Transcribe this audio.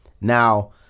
Now